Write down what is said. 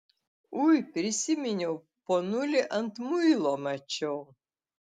ui prisiminiau ponulį ant muilo mačiau